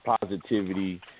positivity